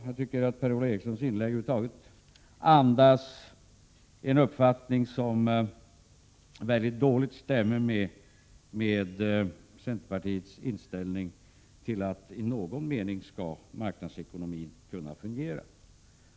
Jag tycker att Per-Ola Erikssons inlägg över huvud taget andas en uppfattning som väldigt dåligt stämmer med centerpartiets inställning att marknadsekonomin i någon mening skall kunna fungera.